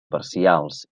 parcials